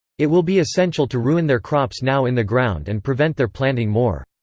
it will be essential to ruin their crops now in the ground and prevent their planting more.